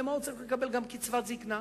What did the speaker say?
למה הוא צריך לקבל גם קצבת זיקנה?